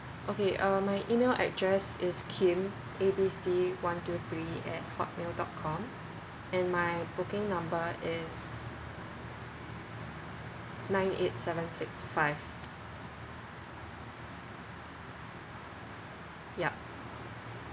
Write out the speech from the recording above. okay uh my email address is kim A B C one two three at hotmail dot com and my booking number is nine eight seven six five yup